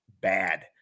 bad